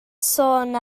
sôn